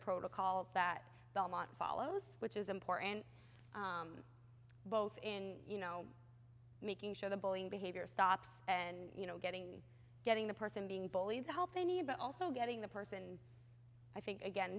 protocol that belmont follows which is important both in you know making sure the bullying behavior stops and you know getting getting the person being bullied the help they need but also getting the person i think again